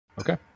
Okay